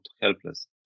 helpless